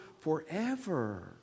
forever